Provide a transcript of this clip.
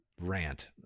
rant